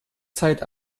zeit